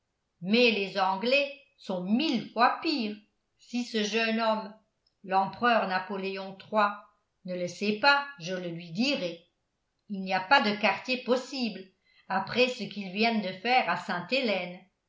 mais les anglais sont mille fois pires si ce jeune homme l'empereur napoléon iii ne le sait pas je le lui dirai il n'y a pas de quartier possible après ce qu'ils viennent de faire à sainte-hélène